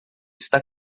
está